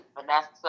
Vanessa